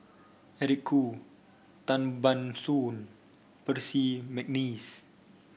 Eric Khoo Tan Ban Soon Percy McNeice